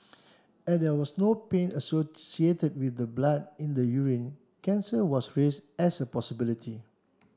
as there was no pain associated with the blood in the urine cancer was raised as a possibility